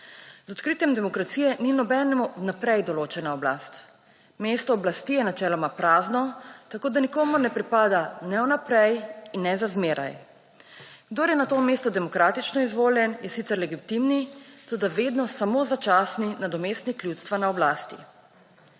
»Z odkritjem demokracije ni nobenemu vnaprej določena oblast. Mesto oblasti je načeloma prazno tako, da nikomur ne pripada ne vnaprej in ne za zmeraj. Kdor je na to mesto demokratično izvoljen, je sicer legitimni, toda vedno samo začasni nadomestnik ljudstva na oblasti«.